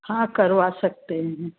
हाँ करवा सकते हैं